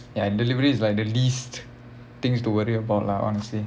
ya and delivery is like the least things to worry about lah honestly